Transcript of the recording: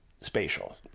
spatial